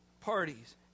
parties